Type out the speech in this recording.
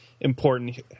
important